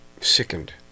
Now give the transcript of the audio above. sickened